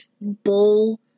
bull